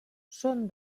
són